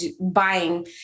buying